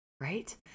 right